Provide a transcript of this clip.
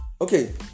Okay